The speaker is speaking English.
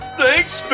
thanks